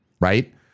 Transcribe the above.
right